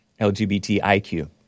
LGBTIQ